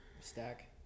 stack